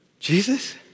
Jesus